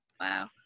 Wow